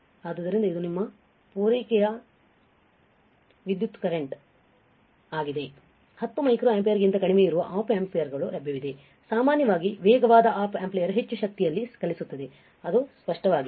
ಆದ್ದರಿಂದ ಇದು ನಿಮ್ಮ ಪೂರೈಕೆಯ ವಿದ್ಯುತ್ ಕರೆಂಟ್ ಆಗಿದೆ 10 ಮೈಕ್ರೊ ಆಂಪಿಯರ್ಗಿಂತ ಕಡಿಮೆಯಿರುವ ಆಪ್ ಆಂಪಿಯರ್ಗಳು ಲಭ್ಯವಿವೆ ಸಾಮಾನ್ಯವಾಗಿ ವೇಗವಾದ ಆಪ್ ಆಂಪಿಯರ್ ಹೆಚ್ಚು ಶಕ್ತಿಯಲ್ಲಿ ಚಲಿಸುತ್ತದೆ ಇದು ಸ್ಪಷ್ಟವಾಗಿದೆ